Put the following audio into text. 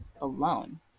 alone